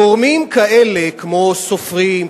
גורמים כאלה כמו סופרים,